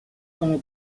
como